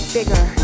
Bigger